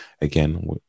again